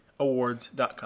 Awards.com